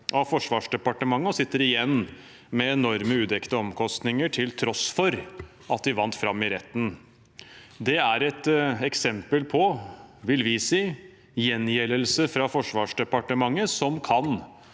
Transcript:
sitter igjen med enorme udekte omkostninger til tross for at de vant fram i retten. Vi vil si at det er et eksempel på gjengjeldelse fra Forsvarsdepartementet som kan